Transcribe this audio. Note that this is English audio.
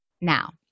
now